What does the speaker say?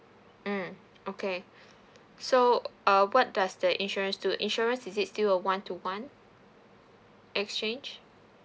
mm okay so uh what does the insurance do insurance is it still a one to one exchange